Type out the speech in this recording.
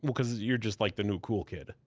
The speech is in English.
but cause you're just like, the new cool kid.